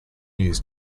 used